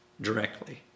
directly